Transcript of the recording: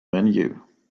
menu